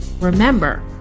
Remember